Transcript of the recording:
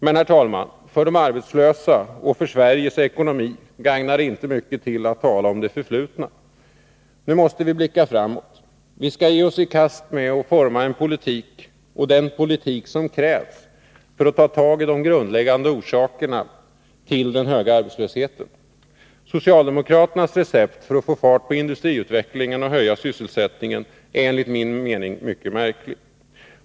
Men, herr talman, för de arbetslösa och för Sveriges ekonomi gagnar det inte mycket till att tala om det förflutna. Nu måste vi blicka framåt. Vi skall ge oss i kast med att forma den politik som krävs för att ta tag i de grundläggande orsakerna till den höga arbetslösheten. Socialdemokraternas recept för att få fart på industriutvecklingen och höja sysselsättningen är enligt min mening mycket märkligt.